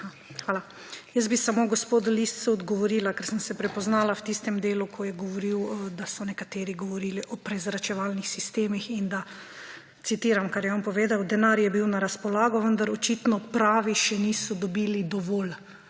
hvala. Samo gospodu Liscu bi odgovorila, ker sem se prepoznala v tistem delu, ko je govoril, da so nekateri govorili o prezračevalnih sistemih in da, citiram, kar je on povedal, »denar je bil na razpolago, vendar očitno pravi še niso dobili dovolj.«